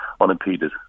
unimpeded